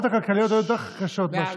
הוא היה